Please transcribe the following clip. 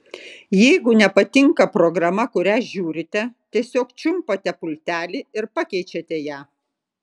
jeigu nepatinka programa kurią žiūrite tiesiog čiumpate pultelį ir pakeičiate ją